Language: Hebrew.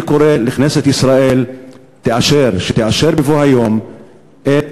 אני קורא לכנסת ישראל שתאשר בבוא היום את